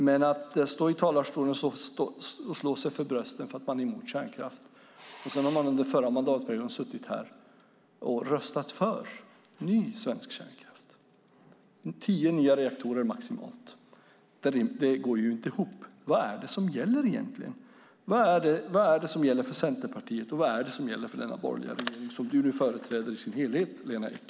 Men att stå i talarstolen och slå sig för bröstet för att man är emot kärnkraft när man under förra mandatperioden har suttit här och röstat för ny svensk kärnkraft med maximalt tio nya reaktorer - det går inte ihop. Vad är det som gäller egentligen? Vad är det som gäller för Centerpartiet, och vad är det som gäller för denna borgerliga regering som du nu företräder i dess helhet, Lena Ek?